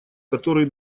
который